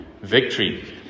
victory